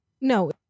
No